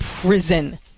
prison